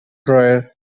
dryer